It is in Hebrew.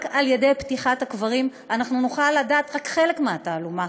רק על ידי פתיחת הקברים נוכל לדעת רק חלק מתעלומה,